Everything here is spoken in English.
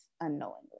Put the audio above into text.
unknowingly